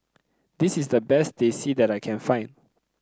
this is the best Teh C that I can find